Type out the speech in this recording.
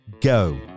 go